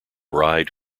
bride